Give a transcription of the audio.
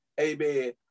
amen